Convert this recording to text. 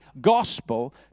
gospel